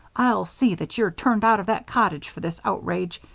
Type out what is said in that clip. i'll see that you're turned out of that cottage for this outrage.